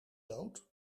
dood